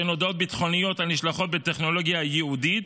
שהן הודעות ביטחוניות הנשלחות בטכנולוגיה ייעודית,